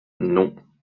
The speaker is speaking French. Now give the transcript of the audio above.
non